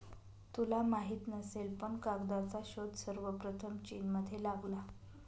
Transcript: तुला माहित नसेल पण कागदाचा शोध सर्वप्रथम चीनमध्ये लागला